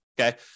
okay